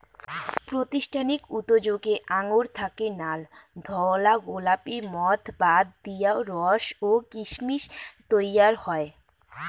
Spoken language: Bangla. প্রাতিষ্ঠানিক উতোযোগে আঙুর থাকি নাল, ধওলা, গোলাপী মদ বাদ দিয়াও রস ও কিসমিস তৈয়ার হয়